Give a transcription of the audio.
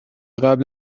قبل